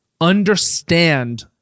understand